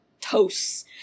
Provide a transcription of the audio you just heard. toasts